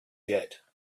yet